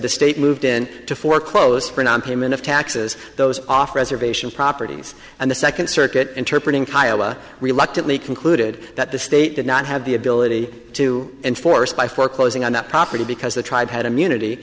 the state moved in to foreclose for nonpayment of taxes those off reservation properties and the second circuit interpret in kiowa reluctantly concluded that the state did not have the ability to enforce by foreclosing on that property because the tribe had immunity